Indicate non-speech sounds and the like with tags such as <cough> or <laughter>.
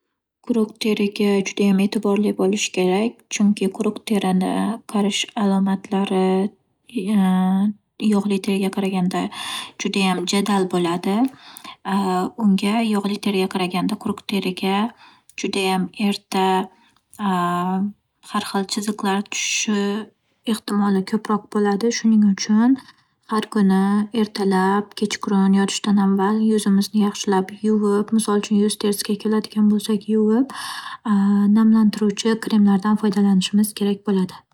Quruq teriga judayam e'tiborli bo'lish kerak, chunki quruq terini qarish alomatlari <hesitation> yog'li teriga qaraganda judayam jadal bo'ladi. <hesitation> Unga yog'li teriga qaraganda quruq teriga judayam erta <hesitation> har xil chiziqlar tushishi ehtimoli ko'proq bo'ladi. Shuning uchun, har huni ertalab, kechqurun yotishdan avval yuzimizni yaxshilab yuvib, misol uchun, yuz terisiga keladigan bo'lsak, yuvib, <hesitation> namlantiruvchi kremlardan foydalanishimiz kerak bo'ladi.